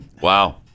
Wow